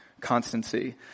Constancy